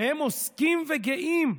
והם עוסקים וגאים.